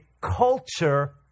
culture